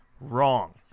wrong